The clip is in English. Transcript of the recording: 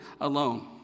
alone